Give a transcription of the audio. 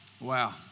Wow